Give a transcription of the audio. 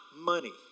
money